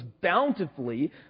bountifully